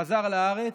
חזר לארץ,